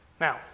Now